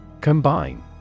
Combine